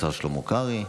השר שלמה קרעי,